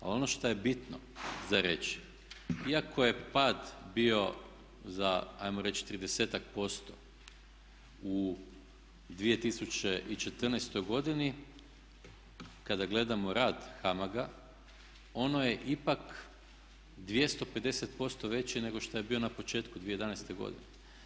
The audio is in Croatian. Ali ono što je bitno za reći, iako je pad bio za hajmo reći tridesetak posto u 2014. godini kada gledamo rad HAMAG-a ono je ipak 250% veći nego što je bio na početku 2011. godine.